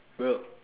bro